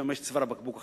ושם יש צוואר בקבוק אחר,